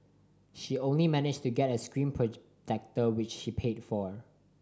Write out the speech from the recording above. she only managed to get a screen protector which she paid for